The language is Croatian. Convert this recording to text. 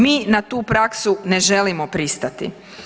Mi na tu praksu ne želimo pristati.